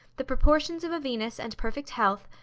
the proportions of a venus and perfect health,